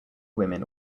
women